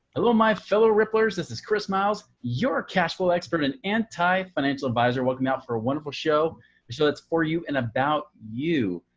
hello! my fellow ripplers. this is chris miles, your cash flow expert and anti-financial advisor. welcome you out for a wonderful show. a show that's for you and about you,